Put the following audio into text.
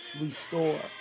restore